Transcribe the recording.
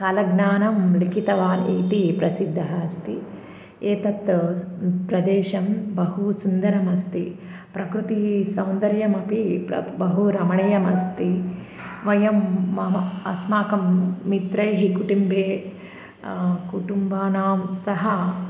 कालज्ञानं लिखितवान् इति प्रसिद्धः अस्ति एतत् प्रदेशं बहु सुन्दरमस्ति प्रकृतिसौन्दर्यमपि प्र बहु रमणीयमस्ति वयमहम् अस्माकं मित्रैः कुटुम्बे कुटुम्बानां सह